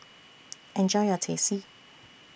Enjoy your Teh C